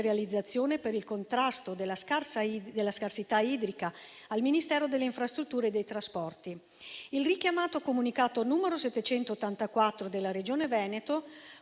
per il contrasto della scarsità idrica al Ministero delle infrastrutture e dei trasporti. Il richiamato comunicato n. 784 della Regione Veneto